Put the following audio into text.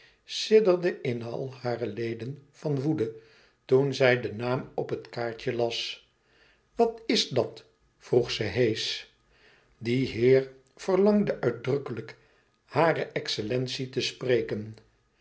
in al hare leden van woede toen zij den naam op het kaartje las e ids aargang at is dat vroeg ze heesch die heer verlangde uitdrukkelijk hare excellentie te spreken